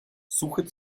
suche